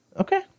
Okay